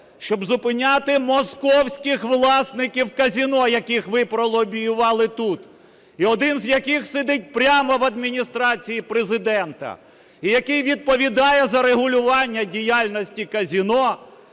щоб зупиняти московських власників казино, яких ви пролобіювали тут, і один з яких сидить прямо в Адміністрації Президента, і який відповідає за регулювання діяльності казино,